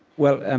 well, and